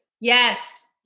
Yes